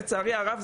לצערי הרב,